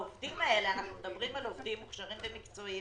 אנחנו מדברים על עובדים מוכשרים ומקצועיים,